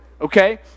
Okay